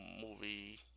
movie